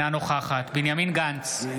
נגד בנימין גנץ, בעד